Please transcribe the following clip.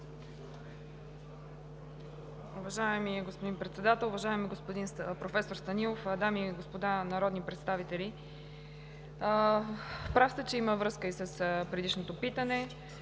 Уважаеми господин Председател, уважаеми професор Станилов, дами и господа народни представители! Прав сте, че има връзка и с предишното питане,